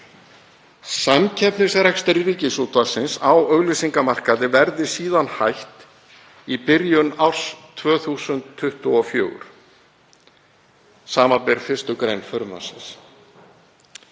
Samkeppnisrekstri Ríkisútvarpsins á auglýsingamarkaði verði síðan hætt í byrjun árs 2024, samanber 1. gr. frumvarpsins.